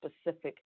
specific